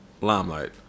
Limelight